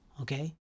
okay